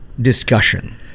discussion